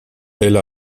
elle